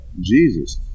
Jesus